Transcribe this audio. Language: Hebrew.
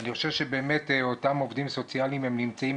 אני חושב שהעובדים הסוציאליים נמצאים